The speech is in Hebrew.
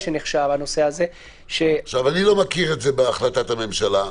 אני לא מכיר את זה בהחלטת הממשלה.